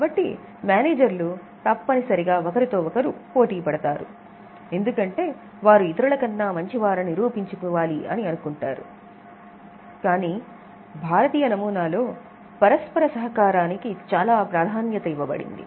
కాబట్టి నిర్వాహకులు తప్పనిసరిగా ఒకరితో ఒకరు పోరాడుతారు ఎందుకంటే వారు ఇతరులకన్నా మంచివారని నిరూపించాలనుకుంటున్నారు కాని భారతీయ నమూనాలో పరస్పర సహకారం చాలా ప్రాధాన్యత ఇవ్వబడింది